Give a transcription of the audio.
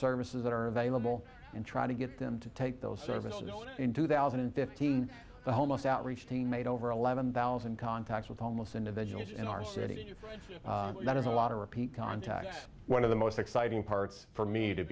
services that are available and try to get them to take those services in two thousand and fifteen the whole most outreach to made over eleven thousand contacts with homeless individuals in our city and that is a lot of repeat contacts one of the most exciting parts for me to